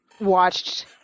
watched